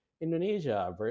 Indonesia